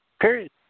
Period